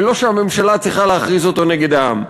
ולא שהממשלה צריכה להכריז אותו נגד העם.